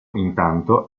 intanto